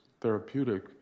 therapeutic